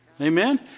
Amen